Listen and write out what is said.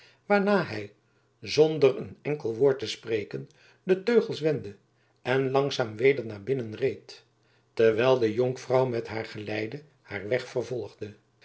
waarna hij zonder een enkel woord te spreken de teugels wendde en langzaam weder naar binnen reed terwijl de jonkvrouw met haar geleide haar weg vervolgde